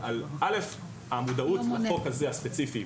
המודעות בחוק הזה הספציפי,